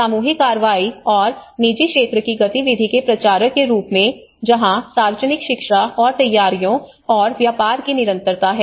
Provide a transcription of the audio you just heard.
सामूहिक कार्रवाई और निजी क्षेत्र की गतिविधि के प्रचारक के रूप में जहां सार्वजनिक शिक्षा और तैयारियों और व्यापार की निरंतरता है